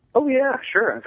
oh yeah, sure.